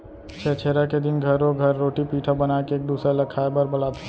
छेरछेरा के दिन घरो घर रोटी पिठा बनाके एक दूसर ल खाए बर बलाथे